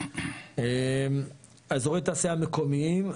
אזורי התעשייה המקומיים,